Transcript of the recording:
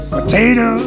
Potato